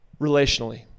relationally